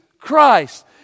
Christ